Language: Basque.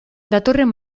datorren